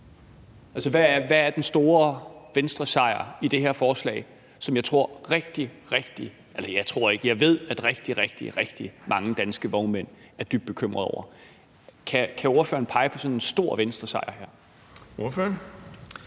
hvad er den store Venstresejr i det her forslag, som jeg ved at rigtig, rigtig mange danske vognmænd er dybt bekymrede over? Kan ordføreren pege på sådan en stor Venstresejr her?